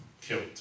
killed